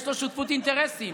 יש לו שותפות אינטרסים.